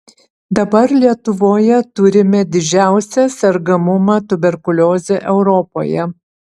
dabar lietuvoje turime didžiausią sergamumą tuberkulioze europoje